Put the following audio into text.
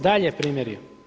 Dalje primjeri.